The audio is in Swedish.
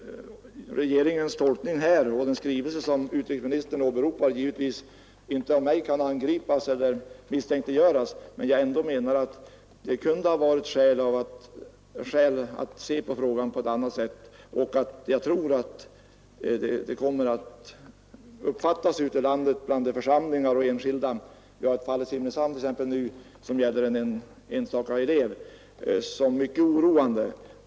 Regeringens hållning här och den skrivelse som utrikesministern åberopar kan jag givetvis inte angripa eller misstänkliggöra, men jag anser ändå att det hade varit skäl att se på frågan på annat sätt. Jag tror att situationen ute i landet bland församlingar och enskilda — vi har t.ex. ett fall nu i Simrishamn, som gäller en enstaka elev — uppfattas som mycket oroande.